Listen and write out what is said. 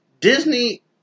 Disney